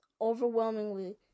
Overwhelmingly